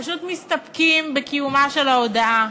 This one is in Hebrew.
פשוט מסתפקים בקיומה של ההודאה.